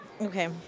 Okay